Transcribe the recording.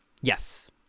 Yes